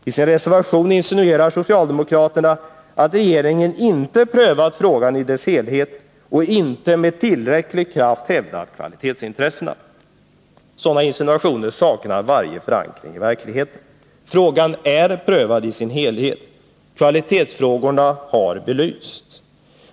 I sin reservation insinuerar socialdemokraterna att regeringen inte prövat frågan i dess helhet och inte med tillräcklig kraft hävdat kvalitetsintressena. Sådana insinuationer saknar varje förankring i verkligheten. Frågan är prövadi sin helhet. Kvalitetsfrågorna har belysts.